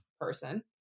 person